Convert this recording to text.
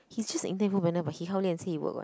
he just but he said he work [what]